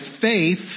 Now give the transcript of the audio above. faith